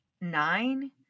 nine